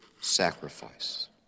sacrifice